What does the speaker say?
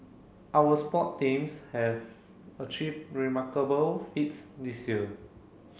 our sport teams have achieved remarkable feats this year